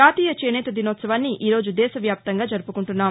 జాతీయ చేనేత దినోత్సవాన్ని ఈ రోజు దేశ వ్యాప్తంగా జరుపుకుంటున్నాం